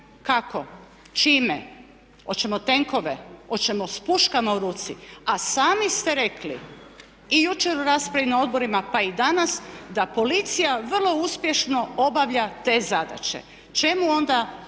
kako? Čime? Hoćemo tenkove? Hoćemo s puškama u ruci? A sami ste rekli i jučer u raspravi na odborima, pa i danas da policija vrlo uspješno obavlja te zadaće. Čemu onda